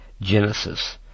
Genesis